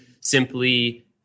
simply